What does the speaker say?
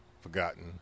forgotten